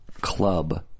club